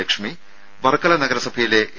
ലക്ഷ്മി വർക്കല നഗരസഭയിലെ എ